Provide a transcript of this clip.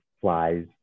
flies